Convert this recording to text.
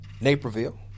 Naperville